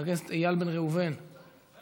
חבר הכנסת איל בן ראובן, נוכח.